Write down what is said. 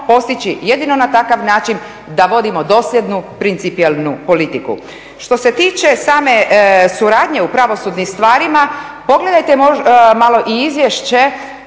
postići jedino na takav način da vodimo dosljednu, principijelnu politiku. Što se tiče same suradnje u pravosudnim stvarima pogledajte malo i izvješće